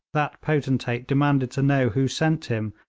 that potentate demanded to know who sent him,